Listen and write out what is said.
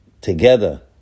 together